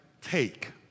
take